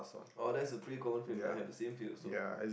oh that's a pretty common film I have the same feel also